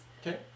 Okay